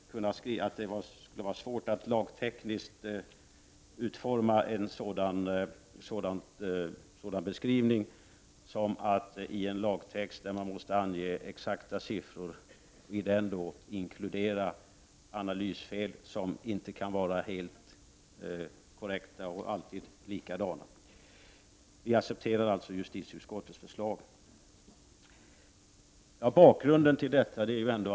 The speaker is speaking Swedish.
I en lagtext måste anges exakta siffror icke inkl. analysfel, därför att sådana inte alltid kan vara likadana.